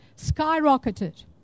skyrocketed